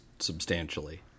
substantially